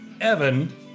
Evan